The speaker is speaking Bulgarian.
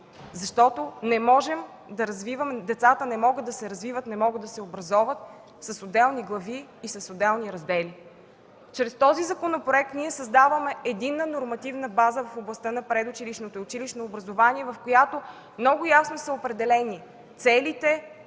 на децата, защото децата не могат да се развиват, не могат да се образоват с отделни глави и раздели. Чрез този законопроект ние създаваме единна нормативна база в областта на предучилищното и училищно образование, в която много ясно са определени целите,